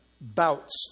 bouts